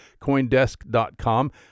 Coindesk.com